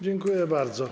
Dziękuję bardzo.